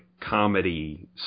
comedy